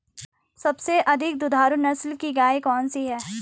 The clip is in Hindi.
सबसे अधिक दुधारू नस्ल की गाय कौन सी है?